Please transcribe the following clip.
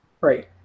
Right